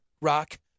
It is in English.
Rock